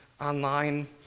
online